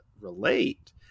relate